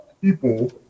people